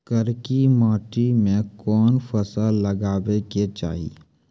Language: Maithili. करकी माटी मे कोन फ़सल लगाबै के चाही?